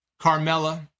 Carmella